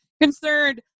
concerned